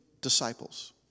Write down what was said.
disciples